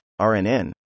RNN